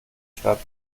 statt